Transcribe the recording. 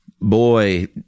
boy